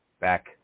back